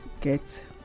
get